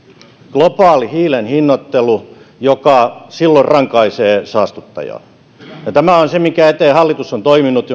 globaali hiilen hinnoittelu joka silloin rankaisee saastuttajaa ja tämä on se minkä eteen hallitus on toiminut